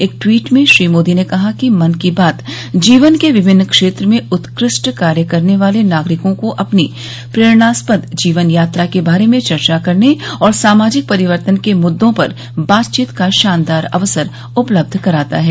एक टवीट में श्री मोदी ने कहा कि मन की बात जीवन के विभिन्न क्षेत्र में उत्कृष्ठ कार्य करने वाले नागरिकों को अपनी प्रेरणास्पद जीवन यात्रा के बारे में चर्चा करने और सामाजिक परिवर्तन के मुद्दों पर बातचीत का शानदार अवसर उपलब्ध कराता है